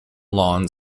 lawn